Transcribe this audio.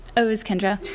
oh it was kendra.